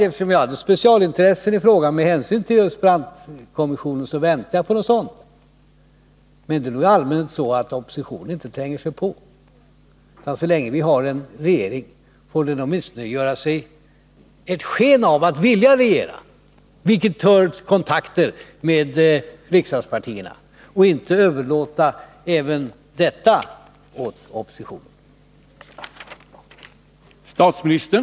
Eftersom jag hade specialintressen i frågan med hänsyn till just Brandtkommissionen väntade jag på något sådant. Men i allmänhet tränger sig oppositionen inte på. Så länge vi har en regering får den åtminstone göra sken av att vilja regera. Därvid bör den också ta kontakt med riksdagspartierna och inte överlåta även detta åt oppositionen.